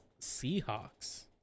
Seahawks